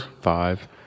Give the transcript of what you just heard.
Five